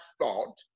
thought